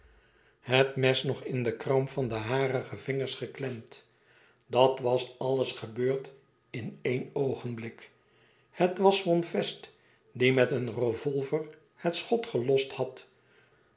het mes nog in de kramp van de harige vingers geklemd dat was alles gebeurd in één oogenblik het was von fest die met een revolver het schot gelost had